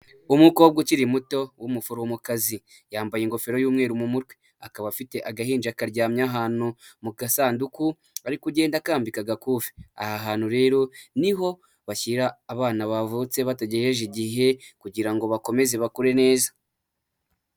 Umukobwa ukiri muto w'umuforomokazi yambaye ingofero y'umweru, mu mutwe akaba afite agahinja karyamye ahantu mu gasanduku ari kugenda akambika agakufi, aha hantu rero niho bashyira abana bavutse batagejeje igihe kugira ngo bakomeze bakure neza.